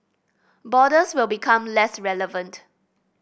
borders will become less relevant